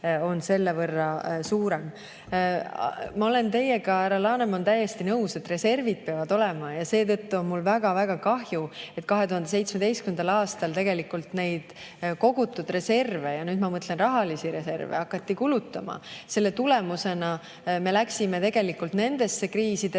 on sellevõrra suurem. Ma olen teiega, härra Laneman, täiesti nõus, et reservid peavad olema. Seetõttu on mul väga-väga kahju, et 2017. aastal tegelikult neid kogutud reserve – ja nüüd ma mõtlen rahalisi reserve – hakati kulutama. Selle tulemusena me läksime nendesse kriisidesse